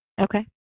Okay